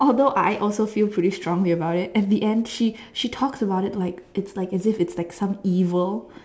although I also feel pretty strong about it in the end she she talks about it like it's like it's this some evil